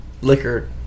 liquor